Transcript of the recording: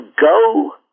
go